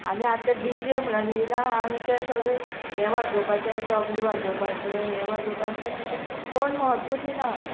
आनी आतां D J म्हणून येला आनी ते सगले हें वाजोवपाचे तबले वाजोवपाचे हे वाजोवपाचे ते कोण म्हत्व ती ना